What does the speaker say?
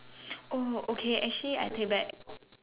oh okay actually I take back